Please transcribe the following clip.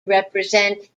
represent